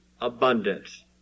abundance